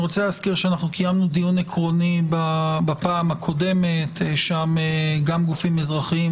אני רוצה להזכיר שקיימנו דיון עקרוני בפעם הקודמת עם גופים אזרחיים,